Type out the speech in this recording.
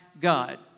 God